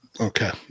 Okay